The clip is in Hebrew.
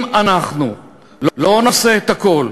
אם אנחנו לא נעשה את הכול,